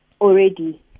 already